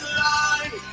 line